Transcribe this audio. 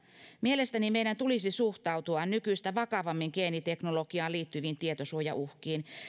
mielestäni meidän tulisi suhtautua nykyistä vakavammin geeniteknologiaan liittyviin tietosuojauhkiin